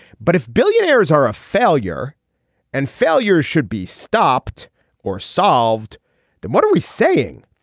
but if billionaires are a failure and failures should be stopped or solved then what are we saying.